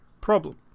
problem